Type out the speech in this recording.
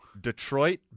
Detroit